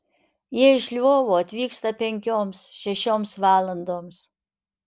jie iš lvovo atvyksta penkioms šešioms valandoms